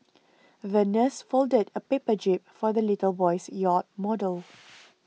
the nurse folded a paper jib for the little boy's yacht model